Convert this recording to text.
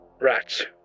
Rats